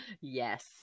yes